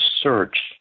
search